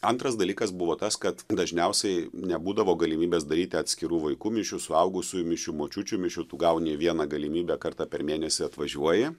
antras dalykas buvo tas kad dažniausiai nebūdavo galimybės daryti atskirų vaikų mišių suaugusiųjų mišių močiučių mišių tu gauni vieną galimybę kartą per mėnesį atvažiuoji